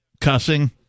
cussing